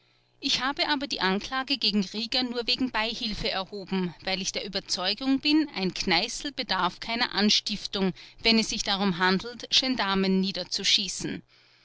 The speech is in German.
ich habe aber die anklage gegen rieger nur wegen beihilfe erhoben weil ich der überzeugung bin ein kneißl bedarf keiner anstiftung wenn es sich darum handelt gendarmen niederzuschießen